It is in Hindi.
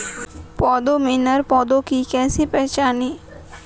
पौधों में नर पौधे को कैसे पहचानें?